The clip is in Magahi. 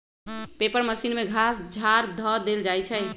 पेपर मशीन में घास झाड़ ध देल जाइ छइ